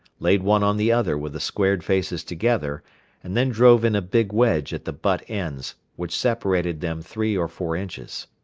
laid one on the other with the squared faces together and then drove in a big wedge at the butt ends which separated them three or four inches.